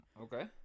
Okay